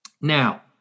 Now